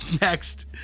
next